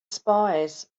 spies